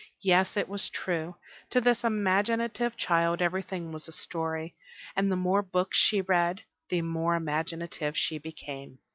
yes, it was true to this imaginative child everything was a story and the more books she read, the more imaginative she became.